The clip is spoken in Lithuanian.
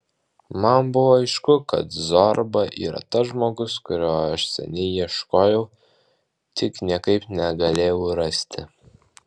man buvo aišku kad zorba yra tas žmogus kurio aš seniai ieškojau tik niekaip negalėjau rasti